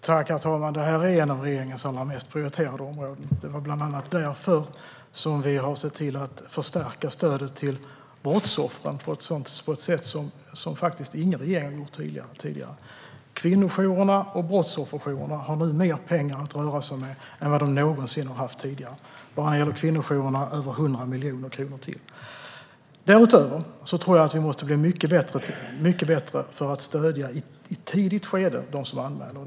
Herr talman! Detta är ett av regeringens allra mest prioriterade områden. Det är bland annat därför vi har sett till att stärka stödet till brottsoffren på ett sätt som faktiskt ingen regering har gjort tidigare. Kvinnojourerna och brottsofferjourerna har nu mer pengar att röra sig med än de någonsin har haft tidigare. För kvinnojourerna rör det sig om 100 miljoner kronor ytterligare. Därutöver måste vi bli mycket bättre på att i ett tidigt skede stödja dem som anmäler.